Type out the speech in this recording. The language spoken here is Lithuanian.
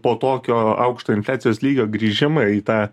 po tokio aukšto infliacijos lygio grįžimą į tą